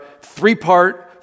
three-part